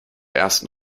ersten